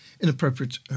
inappropriate